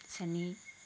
চেনি